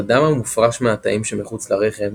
לדם המופרש מהתאים שמחוץ לרחם